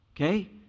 Okay